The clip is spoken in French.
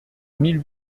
mille